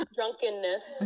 Drunkenness